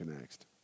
next